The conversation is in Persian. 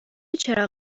چراغ